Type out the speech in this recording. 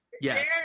Yes